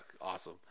awesome